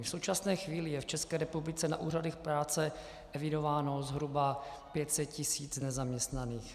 V současné chvíli je v České republice na úřadech práce evidováno zhruba 500 tisíc nezaměstnaných.